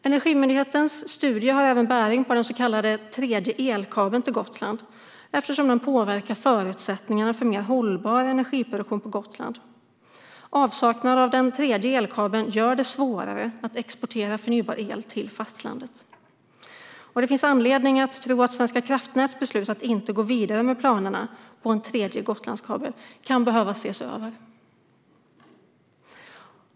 Energimyndighetens studie har även bäring på den så kallade tredje elkabeln till Gotland, eftersom den påverkar förutsättningarna för mer hållbar energiproduktion på Gotland. Avsaknad av den tredje elkabeln gör det svårare att exportera förnybar el till fastlandet. Det finns anledning att tro att Svenska kraftnäts beslut att inte gå vidare med planerna på en tredje Gotlandskabel kan behöva ses över.